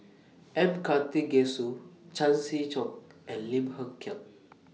M Karthigesu Chan Chee Seng and Lim Hng Kiang